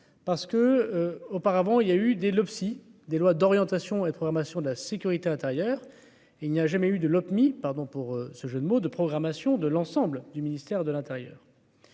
parce que, auparavant, il y a eu des Loppsi des lois d'orientation et de programmation de la sécurité intérieure, il n'y a jamais eu de l'autre Lopmi pardon pour ce jeu de mot de programmation de l'ensemble du ministère de l'Intérieur.